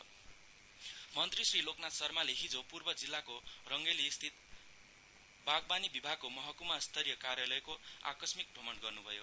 लोक नाथ शर्मा रङ्गली मन्त्री श्री लोकनाथ शर्माले हिजो पूर्व जिल्लाको रङ्गेलीस्थित बागवानी विभागको महक्मा स्तरीय कार्यालयको आकस्मिक भ्रमण गर्नुभयो